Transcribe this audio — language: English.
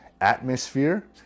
atmosphere